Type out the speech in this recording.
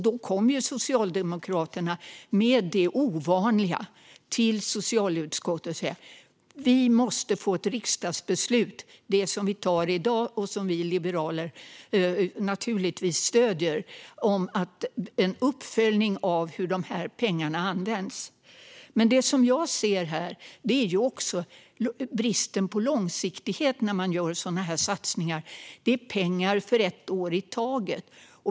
Då kom Socialdemokraterna med det ovanliga till socialutskottet: Vi måste få ett riksdagsbeslut. Det är det beslut som vi fattar i dag och som vi liberaler naturligtvis stöder. Det handlar om att göra en uppföljning av hur dessa pengar används. Det jag ser är bristen på långsiktighet när man gör sådana här satsningar. Det är pengar för ett år i taget.